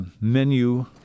menu